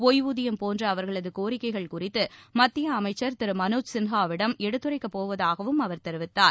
ஒய்வூதியம் போன்ற அவர்களது கோரிக்கைகள் குறித்து மத்திய அமைச்சர் திரு மனோஜ் சின்ஹாவிடம் எடுத்துரைக்கப்போவாதாவும் அவர் தெரிவித்தார்